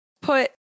put